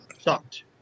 sucked